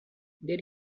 there